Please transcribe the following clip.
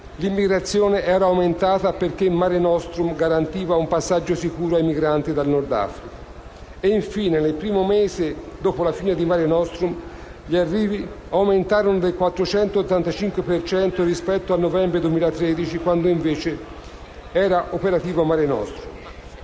l'immigrazione era aumentata perché l'operazione Mare nostrum garantiva un passaggio sicuro ai migranti dal Nord Africa. Infine, nel primo mese dopo la fine dell'operazione, gli arrivi aumentarono del 485 per cento rispetto al novembre 2013, quando invece l'operazione Mare nostrum